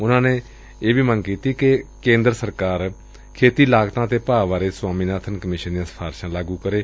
ਉਨੂਾ ਨੇ ਇਹ ਵੀ ਮੰਗ ਕੀਤੀ ਕੇਂਦਰ ਸਰਕਾਰ ਖੇਤੀ ਲਾਗਤਾਂ ਅਤੇ ਭਾਅ ਬਾਰੇ ਸਵਾਮੀਨਾਥਨ ਕਮਿਸ਼ਨ ਦੀਆਂ ਸਿਫਾਰਸਾਂ ਲਾਗੁ ਕਰੇ